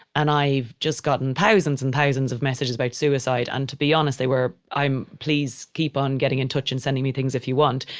and i've just gotten thousands and thousands of messages about suicide. and to be honest, they were, i'm, please keep on getting in touch and sending me things if you want,